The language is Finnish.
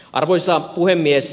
arvoisa puhemies